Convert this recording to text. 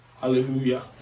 Hallelujah